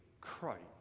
Christ